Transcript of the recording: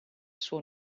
suo